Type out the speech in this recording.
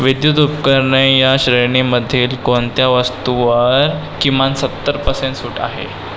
विद्युत उपकरणे या श्रेणीमधील कोणत्या वस्तूवर किमान सत्तर पर्सेंट सूट आहे